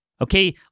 Okay